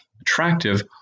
attractive